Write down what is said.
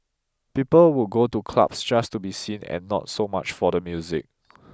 people would go to clubs just to be seen and not so much for the music